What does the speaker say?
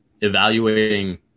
evaluating